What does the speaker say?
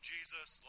Jesus